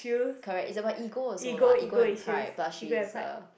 correct it's about ego also lah ego and pride but she is a